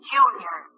Junior